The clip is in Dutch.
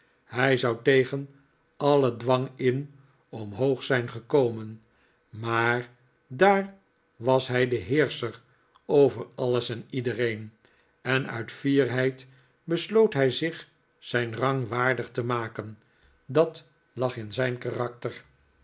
hij zou tegen alien dwang in omhoog zijn gekomen maar daar was hij de heerscher over alles en iedereen en uit fierheid besloot hij zich zijn rang waardig te maken dat lag in zijn karakter